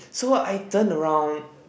so I turn around